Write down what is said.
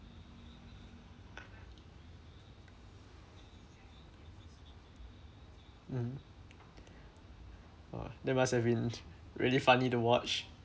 mm oh that must have been really funny to watch